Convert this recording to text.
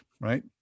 right